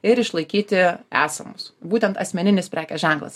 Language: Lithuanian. ir išlaikyti esamus būtent asmeninis prekės ženklas